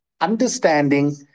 understanding